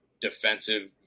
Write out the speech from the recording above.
defensive –